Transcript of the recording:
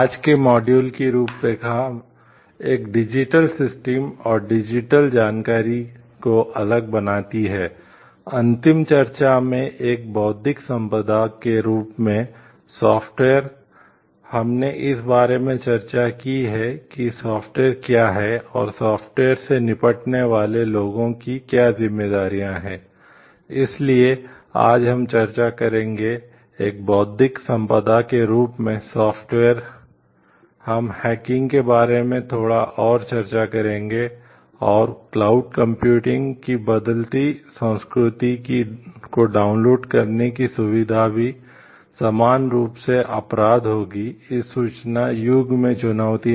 आज के मॉड्यूल करने की सुविधा भी समान रूप से अपराध होगी इस सूचना युग में चुनौतियां